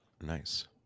Nice